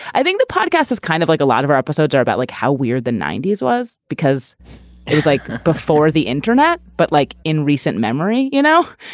i think the podcast is kind of like a lot of our episodes are about like how weird the ninety s was because it was like before the internet. but like in recent memory, you know,